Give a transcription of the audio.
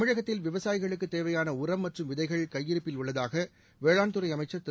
தமிழகத்தில் விவசாயிகளுக்கு தேவையான உரம் மற்றும் விதைகள் கையிருப்பில் உள்ளதாக வேளாண்துறை அமைச்சர் திரு